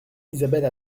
isabelle